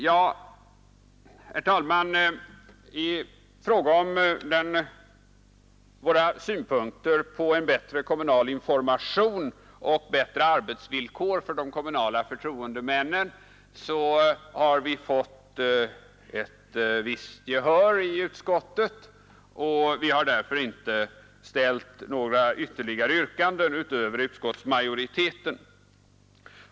Herr talman! Våra synpunkter på en bättre kommunal information och bättre arbetsvillkor för de kommunala förtroendemännen har vi fått ett visst gehör för i utskottet, och vi har därför inte framställt några ytterligare yrkanden utöver utskottsmajoritetens.